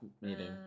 meeting